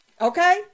Okay